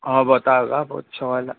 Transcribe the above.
और बताओ वो अच्छा वाला